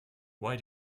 why